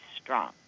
strong